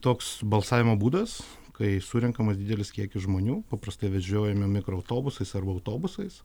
toks balsavimo būdas kai surenkamas didelis kiekis žmonių paprastai vežiojami mikroautobusais arba autobusais